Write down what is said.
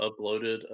uploaded